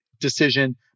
decision